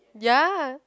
ya